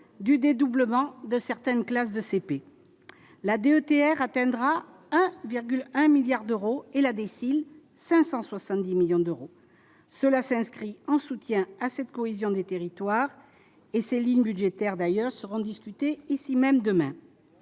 du dédoublement de certaines classes de CP la DETR atteindra 1 milliard d'euros et la déciles 570 millions d'euros, cela s'inscrit en soutien à cette cohésion des territoires et ses lignes budgétaires d'ailleurs seront discutées ici même demain,